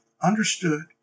understood